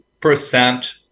percent